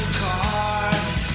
cards